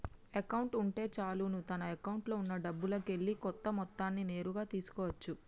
account ఉంటే చాలును తన అకౌంట్లో ఉన్నా డబ్బుల్లోకెల్లి కొంత మొత్తాన్ని నేరుగా తీసుకో అచ్చు